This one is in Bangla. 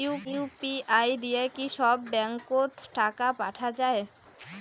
ইউ.পি.আই দিয়া কি সব ব্যাংক ওত টাকা পাঠা যায়?